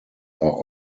are